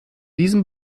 diesem